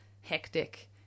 hectic